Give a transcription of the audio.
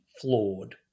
flawed